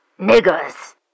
Niggers